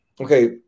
okay